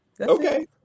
Okay